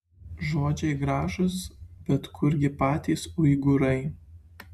žodžiai gražūs bet kurgi patys uigūrai